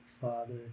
father